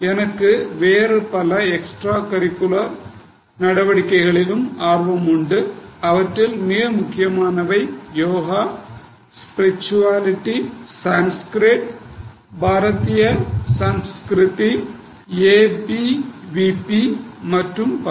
எனக்கு வேறு பல பாடநெறிக்கு அப்பாற்பட்ட நடவடிக்கைகளிலும் ஆர்வமுண்டு அவற்றில் மிக முக்கியமானவை யோகா ஆன்மீகம் அல்லது சமஸ்கிருதம் பாரதிய சமஸ்கிருதி ஏபிவிபி மற்றும் பல